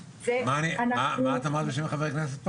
אני אמרתי שהוא היה מעלה את כמות הנפגעים?